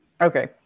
Okay